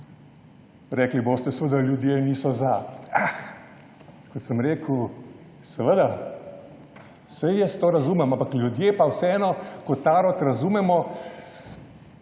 Rekli boste, da ljudje niso za. Ah, kot sem rekel, seveda, saj jaz to razumem, ampak ljudje pa vseeno kot narod razumemo